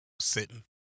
sitting